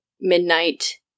midnight